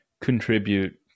contribute